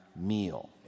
meal